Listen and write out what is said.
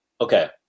okay